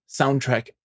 soundtrack